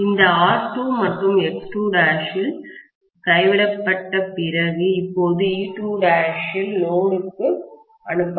இந்த R2 மற்றும் X2' இல் கைவிடப்பட்ட பிறகு இப்போதே E2' லோடுக்கு அனுப்பப்படும்